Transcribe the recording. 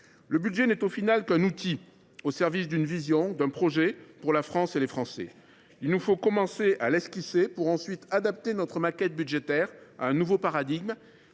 Le budget n’est finalement qu’un outil au service d’une vision, d’un projet, pour la France et les Français. Il nous faut commencer à l’esquisser pour ensuite adapter notre maquette budgétaire à un nouveau paradigme.